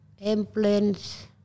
implants